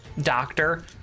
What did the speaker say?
doctor